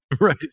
right